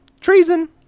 treason